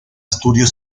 estudio